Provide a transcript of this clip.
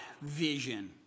vision